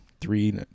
three